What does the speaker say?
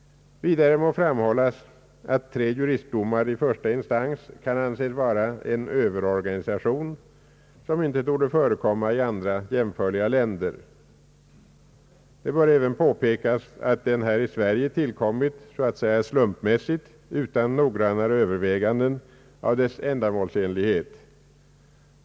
Vidare må framhållas att tre juristdomare i första instans kan anses vara en Ööverorganisation som inte torde förekomma i andra jämförliga länder. Det bör även påpekas att denna ordning här i Sverige tillkommit så att säga slumpmässigt utan noggrannare Överväganden av dess ändamålsenlighet.